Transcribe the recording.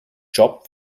job